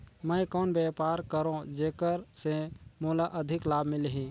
मैं कौन व्यापार करो जेकर से मोला अधिक लाभ मिलही?